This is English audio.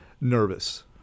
nervous